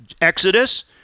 Exodus